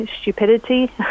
stupidity